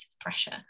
pressure